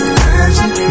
magic